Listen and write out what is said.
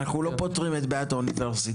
אנחנו לא פותרים את בעיית האוניברסיטה.